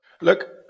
Look